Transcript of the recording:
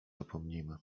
zapomnimy